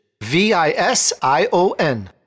V-I-S-I-O-N